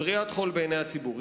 זריית חול בעיני הציבור.